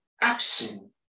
action